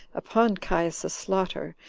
upon caius's slaughter,